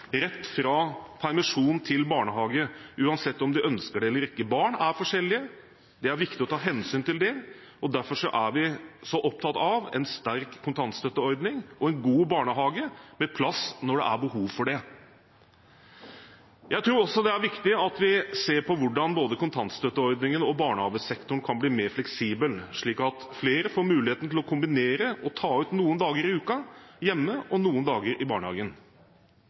rett fra permisjon til barnehage, uansett om de ønsker det eller ikke. Barn er forskjellige, det er viktig å ta hensyn til det. Derfor er vi så opptatt av en sterk kontantstøtteordning og en god barnehage med plass når det er behov for det. Jeg tror også det er viktig at vi ser på hvordan både kontantstøtteordningen og barnehagesektoren kan bli mer fleksibel, slik at flere får mulighet til å kombinere: ta ut noen dager i uken hjemme og noen dager i barnehagen.